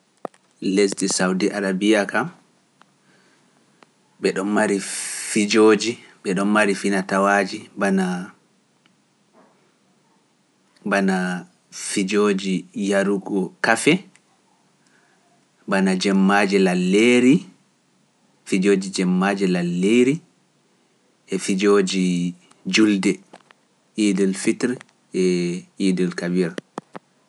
Lesdi sawdi arabiya kam, ɓe ɗon mari fijooji, ɓe ɗon mari finatawaaji, bana fijooji yarugu kafe, bana jemmaji laleeri, fijooji jemmaji laleeri, e fijooji julde, iel fitre e idel kabira.